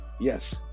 yes